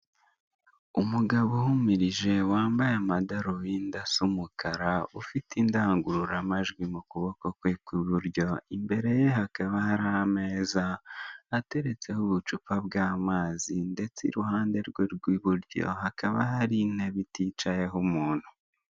Umugaboo uhumirije wambaye amadorobindi asa umukara ufite indangururamajwi mu kuboko kwe kw'iburyo, imbereye hakaba hari ameza ateretseho ubucupa bw'amazi ndetse iruhande rwe rw'iburyo hakaba hari intebe iticayeho umuntu.